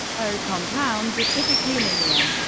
au compounds are typically linear.